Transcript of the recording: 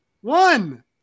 One